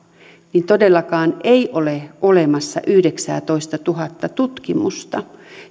todellakaan ei ole olemassa yhdeksäätoistatuhatta tutkimusta